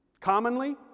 Commonly